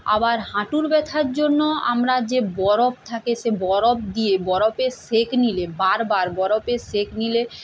আবার হাঁটুর ব্যথার জন্য আমরা যে বরফ থাকে সে বরফ দিয়ে বরফের সেঁক নিলে বার বার বরফের সেঁক নিলে